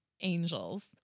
angels